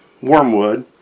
Wormwood